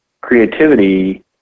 creativity